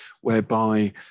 whereby